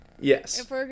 yes